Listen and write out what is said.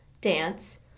dance